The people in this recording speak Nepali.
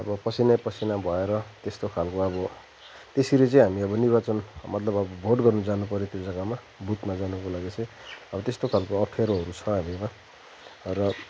अब पसिनै पसिना भएर त्यस्तो खालको अब त्यसरी चाहिँ हामी अब निर्वाचन मतलब अब भोट गर्न जानु पर्यो त्यो जग्गामा बुथमा जानुको लागि चाहिँ अब त्यस्तो खालको अप्ठ्यारोहरू छ हामीमा र